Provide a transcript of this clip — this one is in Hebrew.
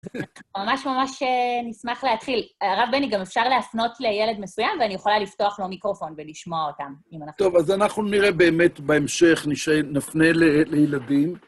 ממש ממש נשמח להתחיל. הרב בני, גם אפשר להפנות לילד מסוים, ואני יכולה לפתוח לו מיקרופון ולשמוע אותם, אם אנחנו... טוב, אז אנחנו נראה באמת בהמשך, נפנה לילדים.